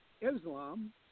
Islam